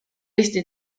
eesti